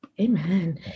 amen